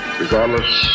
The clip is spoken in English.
regardless